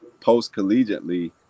post-collegiately